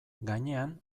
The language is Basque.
gainean